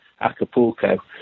Acapulco